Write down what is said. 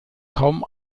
kaum